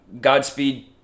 Godspeed